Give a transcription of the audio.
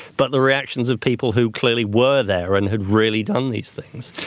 but the reactions of people who clearly were there and had really done these things.